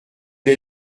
les